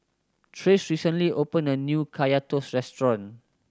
Trace recently opened a new Kaya Toast restaurant